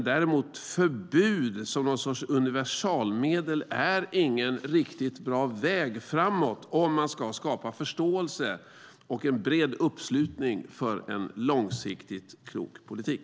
Däremot förbud som någon sorts universalmedel är ingen riktigt bra väg framåt om man ska skapa förståelse och en bred uppslutning för en långsiktigt klok politik.